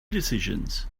decisions